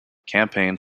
campaigned